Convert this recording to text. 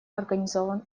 организован